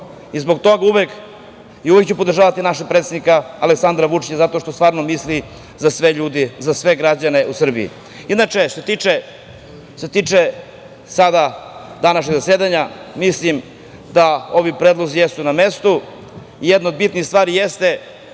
i zbog toga ću uvek podržavati našeg predsednika Aleksandra Vučića, zato što stvarno misli o svim ljudima i građanima u Srbiji. Što se tiče današnjeg zasedanja, mislim da ovi predlozi jesu na mestu. Jedna od bitnih stvari jeste,